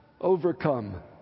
overcome